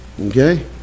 okay